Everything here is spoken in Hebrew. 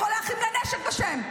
לקרוא לאחים לנשק בשם,